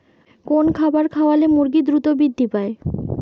কোন খাবার খাওয়ালে মুরগি দ্রুত বৃদ্ধি পায়?